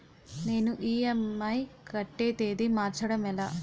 నేను ఇ.ఎం.ఐ కట్టే తేదీ మార్చడం ఎలా?